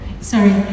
sorry